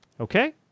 Okay